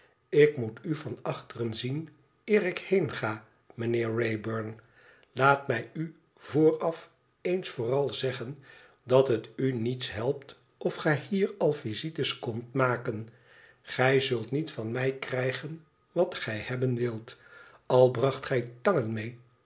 ik moet u van achteren zien eer ik heenga mijnheer wraybum laat mij u vooraf eens vooral zeggen dat het u niets helpt of gij hier al visites komt maken gij zult niet van mij krijgen wat gij hebben wilt al bracht gij tangen mee